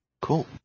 Cool